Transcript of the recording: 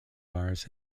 virus